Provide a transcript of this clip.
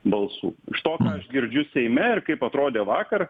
balsų iš to ką aš girdžiu seime ir kaip atrodė vakar